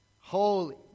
holy